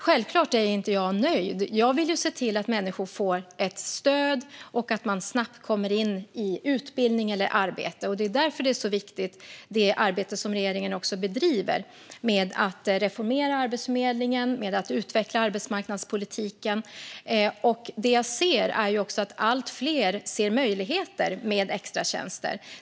Självfallet är jag inte nöjd. Jag vill se till att människor får ett stöd och snabbt kommer i utbildning eller arbete. Det är därför det arbete som regeringen bedriver för att reformera Arbetsförmedlingen och utveckla arbetsmarknadspolitiken är så viktigt. Jag ser att allt fler inser möjligheterna med extratjänster.